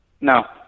No